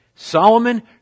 Solomon